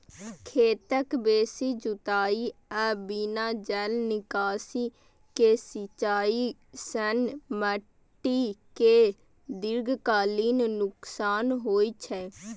खेतक बेसी जुताइ आ बिना जल निकासी के सिंचाइ सं माटि कें दीर्घकालीन नुकसान होइ छै